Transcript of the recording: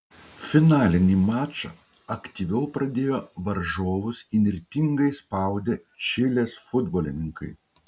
finalinį mačą aktyviau pradėjo varžovus įnirtingai spaudę čilės futbolininkai